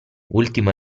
ultimo